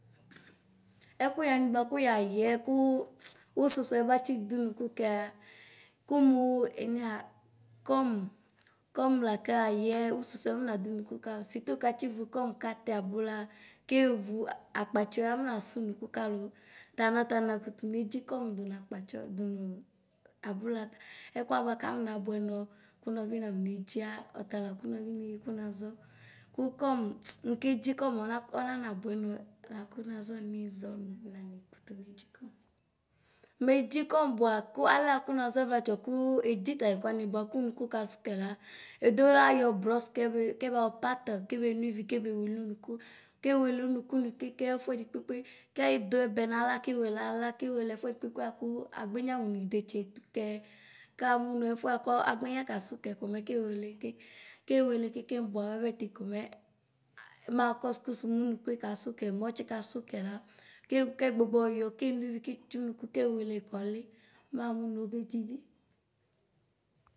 Ɛkʋyɛ wanɩ kʋ yayɛ kʋ ʋsʋsʋɛ batsi dʋ ʋnʋkʋ kɛ kʋmʋ enuya kɔmʋ lakayɛ ʋsʋsʋɛafɔnadʋ ʋnʋkʋ kalʋ sʋitʋ keuvkɔm katsitɛ abʋla kevʋ akpatsɔɛ afɔnasʋ ʋnʋkʋ kalʋ ta nɔta nakʋtʋ nedzi kɔm dʋnʋ akpatsɔ dʋnʋ abʋla ɛkʋwanɩ kafɔ nabʋɛ nɔ kʋ nɔbi nafɔ nɔdzɩa ɔtala kʋ nɔbi neyi kʋnazɔ kʋ kɔm nekedzi kɔm ɔnanabʋɛ nɔ lakʋ nɔbi nazɔ nʋ nizɔ nʋ nanedzi kom mʋ edzi kɔm bʋakʋ olɛ kʋ nazɔ ɛvlatsɔ edzi tatɛ kʋwanɩ bʋa kʋ ʋnʋkʋ ka sʋ kɛ edolayɛ brɔs kebʋyɔ pat kɛ badʋ ivi kɛbe tsitsʋ ʋnʋkʋ kɛ wele nikeke ɛfʋɛdɩ kpekpe kɛ dʋ ivi naɣla kɛdʋɛba naɣla kewele ɛfʋɛdɩ kpekpe kegbe mʋnʋ idetse tʋkɛ kamʋ ɩdetsi etikɛ keke kewele bʋa mɛte komɛ makɔ sʋ mʋ ʋnʋkʋ kasʋkɛ la mɛ kegbʋgbɔ yɔ keno ivi ketsitso ʋnʋkʋ kewele kɔli mamʋnʋ obedidi.